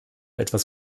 etwas